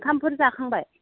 ओंखामफोर जाखांबाय